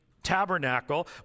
tabernacle